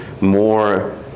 more